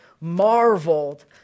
marveled